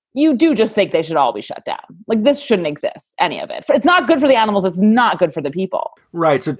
you do just think they should all be shut down like this shouldn't exist, any of it. it's not good for the animals. it's not good for the people right. so